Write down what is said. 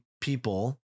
people